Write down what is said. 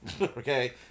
okay